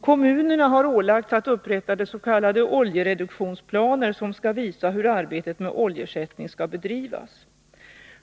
Kommunerna har ålagts att upprätta s.k. oljereduktionsplaner som skall visa hur arbetet med oljeersättning skall bedrivas.